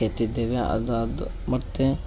ಕೆತ್ತಿದ್ದೇವೆ ಅದು ಅದು ಮತ್ತೆ